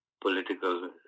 political